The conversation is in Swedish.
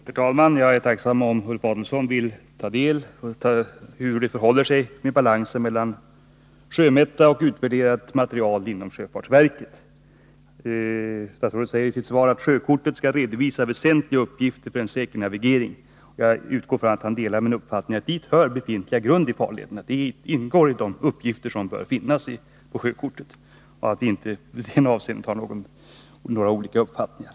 Herr talman! Jag är tacksam om Ulf Adelsohn vill ta del av hur det förhåller sig med balansen mellan sjömätningar och utvärderat material inom sjöfartsverket. Statsrådet säger i sitt svar att sjökortet skall redovisa uppgifter som är väsentliga för en säker navigering. Jag utgår ifrån att statsrådet delar min uppfattning att dit hör befintliga grund i farlederna — de ingår i de uppgifter som bör finnas på sjökortet — och att vi i det avseendet inte har några olika uppfattningar.